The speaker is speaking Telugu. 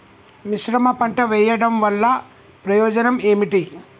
మిశ్రమ పంట వెయ్యడం వల్ల ప్రయోజనం ఏమిటి?